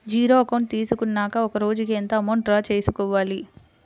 Zero account తీసుకున్నాక ఒక రోజుకి ఎంత అమౌంట్ డ్రా చేసుకోవాలి?